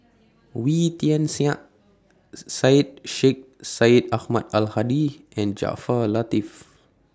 Wee Tian Siak Syed Sheikh Syed Ahmad Al Hadi and Jaafar Latiff